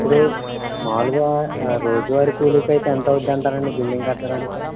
ఇప్పుడు మాములుగా రోజువారీ కూలీకి అయితే ఎంత అవుతుంది అంటారండి బిల్డింగ్ కట్టడానికి